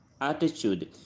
attitude